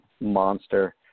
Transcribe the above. monster